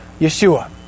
Yeshua